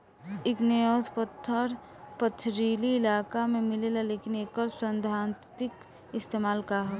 Igneous पत्थर पथरीली इलाका में मिलेला लेकिन एकर सैद्धांतिक इस्तेमाल का ह?